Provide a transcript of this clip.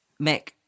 mick